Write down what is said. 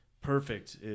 perfect